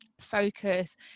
focus